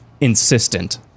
insistent